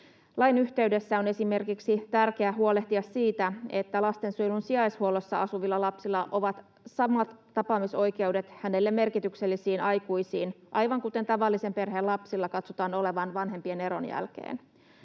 Lain yhteydessä on esimerkiksi tärkeää huolehtia siitä, että lastensuojelun sijaishuollossa asuvilla lapsilla on samat tapaamisoikeudet hänelle merkityksellisiin aikuisiin, aivan kuten tavallisen perheen lapsilla katsotaan olevan vanhempien eron jälkeen.